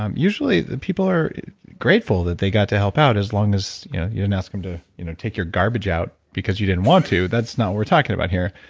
um usually the people are grateful that they got to help out as long as you didn't ask them to you know take your garbage out because you didn't want to. that's not what we're talking about here